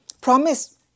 Promise